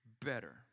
better